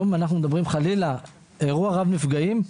אנחנו מדברים היום חלילה על אירוע רב נפגעים,